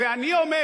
ואני אומר